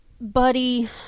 Buddy